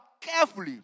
carefully